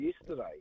yesterday